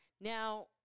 Now